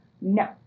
No